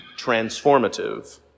transformative